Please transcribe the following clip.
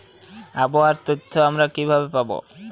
আবহাওয়ার তথ্য আমরা কিভাবে পাব?